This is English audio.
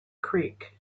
creek